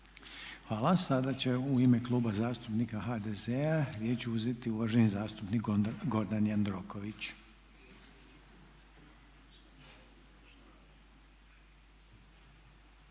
Hvala. Sada će u ime Kluba zastupnika HDZ-a riječ uzeti uvaženi zastupnik Gordan Jandroković.